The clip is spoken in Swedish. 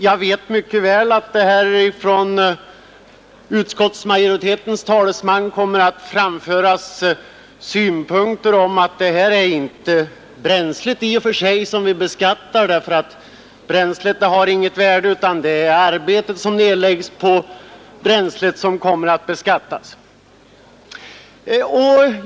Jag vet mycket väl att utskottsmajoritetens talesman kommer att framföra de synpunkterna att det i och för sig inte är bränslet som beskattas, ty det har inget värde, utan det är resultatet av det arbete som nedläggs som beskattas.